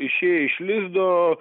išėję iš lizdo